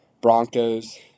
Broncos